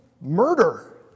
murder